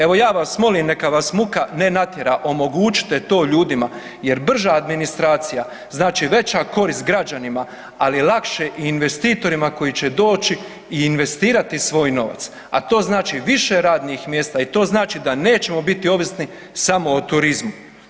Evo ja vas molim, neka vas muka ne natjera, omogućite to ljudima jer brža administracija, znači veća korist građanima ali je lakše i investitora koji će doći i investirati svoj novac a to znači više radnih mjesta i to znači da nećemo biti ovisni samo o turizmu.